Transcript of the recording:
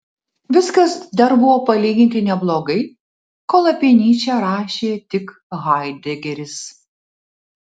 viskas dar buvo palyginti neblogai kol apie nyčę rašė tik haidegeris